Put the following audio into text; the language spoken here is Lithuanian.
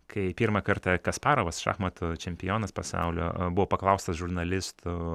kai pirmą kartą kasparovas šachmatų čempionas pasaulio buvo paklaustas žurnalistų